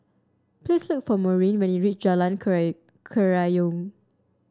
please look for Maureen when you reach Jalan Kerayong